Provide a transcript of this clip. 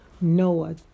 Noah